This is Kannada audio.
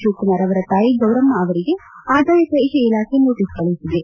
ಶಿವಕುಮಾರ್ ತಾಯಿ ಗೌರಮ್ಮ ಅವರಿಗೆ ಆದಾಯ ತೆರಿಗೆ ಇಲಾಖೆ ನೋಟಿಸ್ ಕಳುಹಿಸಿದೆ